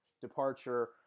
departure